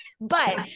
But-